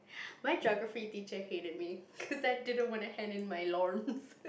my Geography teacher hated me cause I didn't wanna hand in my